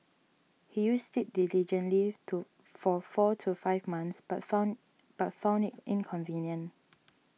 he used it diligently to for four to five months but found but found it inconvenient